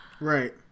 Right